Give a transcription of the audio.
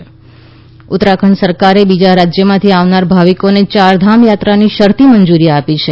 ચારધામ યાત્રા ઉત્તરાખંડ સરકારે બીજા રાજયમાંથી આવનાર ભાવિકોને ચારધામ યાત્રાની શરતી મંજુરી આપી છે